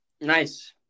Nice